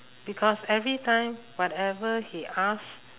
because every time whatever he ask